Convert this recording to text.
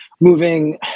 moving